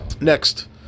Next